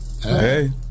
hey